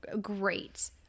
great